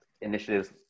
initiatives